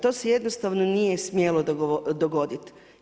To se jednostavno nije smjelo dogoditi.